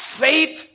faith